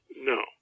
No